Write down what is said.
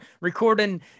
recording